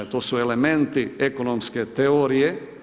To su elementi ekonomske teorije.